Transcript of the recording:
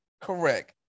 Correct